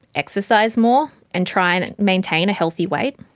exercise more, and try and and maintain a healthy weight?